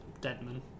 Deadman